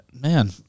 Man